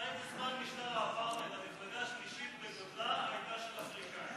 מתי בזמן משטר האפרטהייד המפלגה השלישית בגודלה הייתה של אפריקנים?